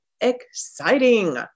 exciting